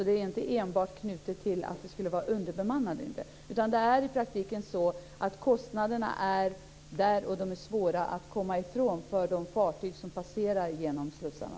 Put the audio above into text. Det är inte enbart knutet till underbemanning. I praktiken finns kostnaderna där och de är svåra att komma ifrån för de fartyg som passerar genom slussarna.